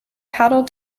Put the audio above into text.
paddle